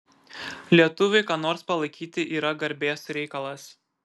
lietuviui ką nors palaikyti yra garbės reikalas